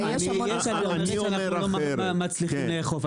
אם אנחנו לא מצליחים לאכוף,